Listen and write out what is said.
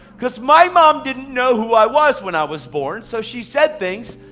cause my mom didn't know who i was when i was born, so she said things,